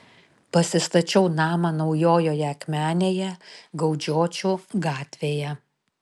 pasistačiau namą naujojoje akmenėje gaudžiočių gatvėje